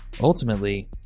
Ultimately